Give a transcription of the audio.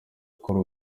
akora